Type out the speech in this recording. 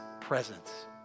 presence